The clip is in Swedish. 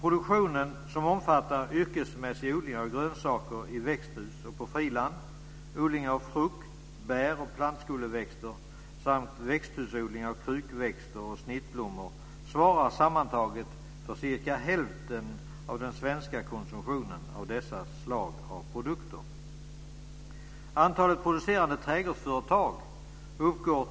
Produktionen, som omfattar yrkesmässig odling av grönsaker i växthus och på friland, odling av frukt, bär och plantskoleväxter samt växthusodlingar av krukväxter och snittblommor, svarar sammantaget för cirka hälften av den svenska konsumtionen av dessa slag av produkter.